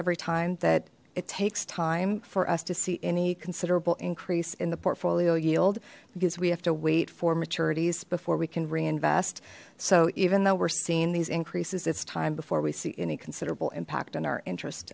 every time that it takes time for us to see any considerable increase in the portfolio yield because we have to wait for maturities before we can reinvest so even though we're seeing these increases it's time before we see any considerable impact on our interest